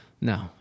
No